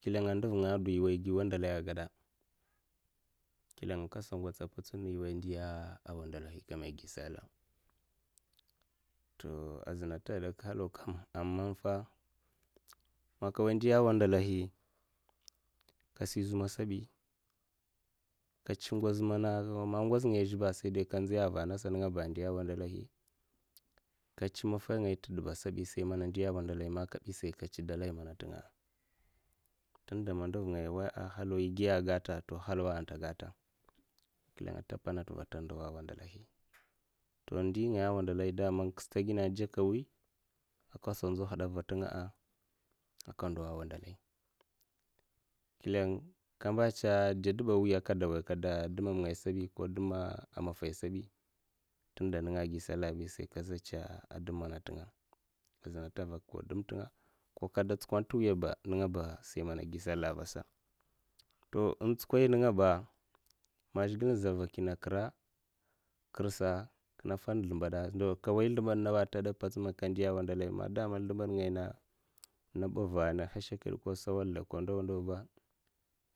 Klèng a nduv nenga agada yè way gi wandalahi agada, klèng akasa ngatsa apatsina yè way yè ndiya awandalahi agi sala, toh azunna nta gadaka halau kam aman fa man nka n'woya ndiya wandala'nhyi, kasi zuma asabi nka chew ngoz mana am nwoz ngaya aze ba, sai kandziya an'va nasa, nenga ba ndiya wandalahi kachè maffa ngaya tè dèba asabi sai man n'diya a awandalahi man ka bi, sai kachè dalai mana nteng nga, tun mana nduvngaya a nwoya a nhalau n' giya ga nta nhalau nta gata kileng anta npwonat nva anta ndowa a wandalahi, to an ndiyi ngaya a wandalahi man ka stad ginè djeka nwi akasa nzuw nhad nva ntenga a aka ndowa nwandalahi kileng amba ncha'a aka dow deba nwi kada dumngaya sabi ko duhm maffai sabi, tunda nenga agiu salah bi sa sai kaza nchew a dhum mana ntenga azunna nta nvak nko dum ntenga nko ka da tsuko a nta nwiya ba sai mana gui salah avasa, to an ntskwoi nenga ba man zhigile za vakine kra' krsa kinè fan nzlèmbada nadwa nka n'woya nzlèmbad nawa nte gadak mpowts man nka ndiya'n wandalahi daman an zlembad ngaya me? Nda bava, nda hashèkid ko sawalda ko ndawa ndaw ba